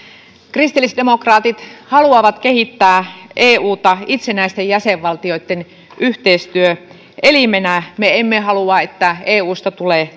kristillisdemokraatit haluavat kehittää euta itsenäisten jäsenvaltioitten yhteistyöelimenä me emme halua että eusta tulee